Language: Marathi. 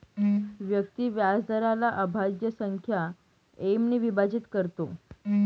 व्यक्ती व्याजदराला अभाज्य संख्या एम ने विभाजित करतो